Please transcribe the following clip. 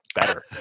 better